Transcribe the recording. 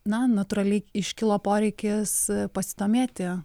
na natūraliai iškilo poreikis pasidomėti